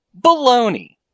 baloney